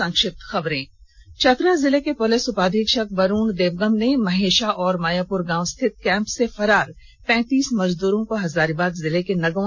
संक्षिप्त खबरें चतरा जिले के पुलिस उपाधीक्षक वरूण देवगम ने महेषा और मायापुर गांव स्थित कैम्प से फरार पैंतीस मजदूरों को हजारीबाग जिले के नगवां से बरामद किया है